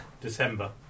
december